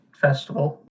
festival